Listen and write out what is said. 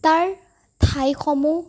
তাৰ ঠাইসমূহ